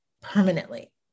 permanently